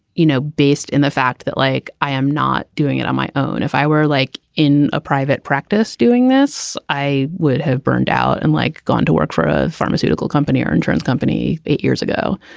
you know, based in the fact that, like, i am not doing it on my own. if i were like in a private practice doing this, i would have burned out and like gone to work for a pharmaceutical company or insurance company eight years ago.